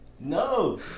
No